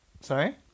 Sorry